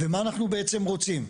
ומה אנחנו בעצם רוצים?